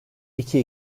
iki